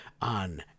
on